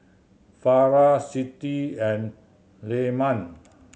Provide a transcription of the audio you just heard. Farah Siti and Leman